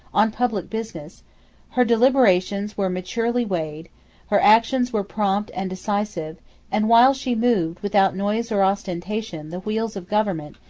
on public business her deliberations were maturely weighed her actions were prompt and decisive and, while she moved, without noise or ostentation, the wheel of government,